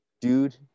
dude